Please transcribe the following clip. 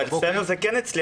אבל אצלנו זה כן הצליח.